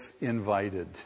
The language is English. invited